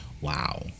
wow